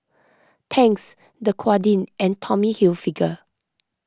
Tangs Dequadin and Tommy Hilfiger